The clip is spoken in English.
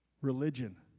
Religion